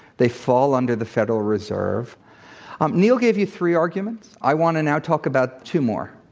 they fall under the federal reserve um neel gave you three arguments. i want to now talk about two more.